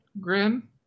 Grim